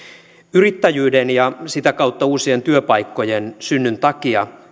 yrittäjyyden ja sitä kautta uusien työpaikkojen synnyn takia